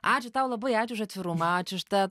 ačiū tau labai ačiū už atvirumą ačiū už tą